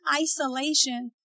isolation